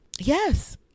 Yes